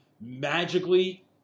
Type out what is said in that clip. magically